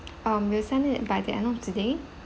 um we'll send it by the end of today